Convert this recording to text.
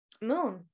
moon